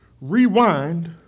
rewind